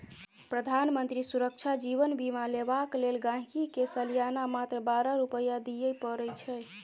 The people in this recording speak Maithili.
प्रधानमंत्री सुरक्षा जीबन बीमा लेबाक लेल गांहिकी के सलियाना मात्र बारह रुपा दियै परै छै